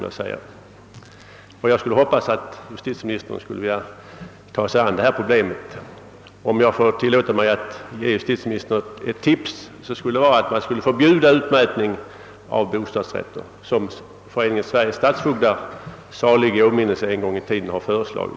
Jag hoppas därför att justitieministern skulle vilja ta sig an detta problem. Om jag fick tillåta mig att ge justitieministern ett tips, ville jag föreslå att utmätning av bostadsrätt skulle förbjudas, såsom den tidigare existerande Föreningen Sveriges stadsfogdar en gång förordade.